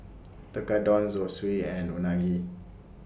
Tekkadon Zosui and Unagi